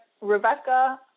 Rebecca